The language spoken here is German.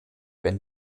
wenn